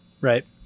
right